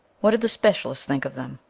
what did the specialist think of them?